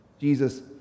Jesus